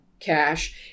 cash